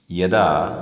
यदा